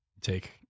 take